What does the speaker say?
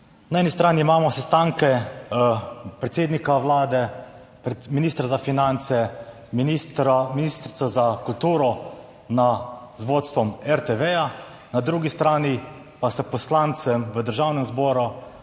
Na eni strani imamo sestanke predsednika Vlade, ministra za finance, ministra, ministrico za kulturo na, z vodstvom RTV, na drugi strani pa se poslancem v Državnem zboru,